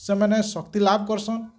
ସେମାନେ ଶକ୍ତି ଲାଭ୍ କରସନ୍